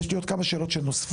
יש לי עוד כמה שאלות שנוספו,